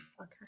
Okay